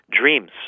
dreams